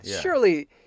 surely